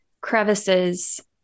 crevices